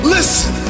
Listen